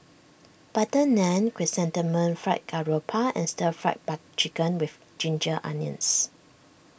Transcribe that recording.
Butter Naan Chrysanthemum Fried Garoupa and Stir Fry Chicken with Ginger Onions